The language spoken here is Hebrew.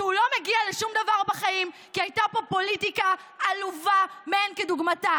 שהוא לא מגיע לשום דבר בחיים כי הייתה פה פוליטיקה עלובה שאין כדוגמה.